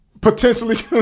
potentially